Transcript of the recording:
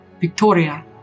Victoria